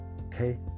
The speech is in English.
Okay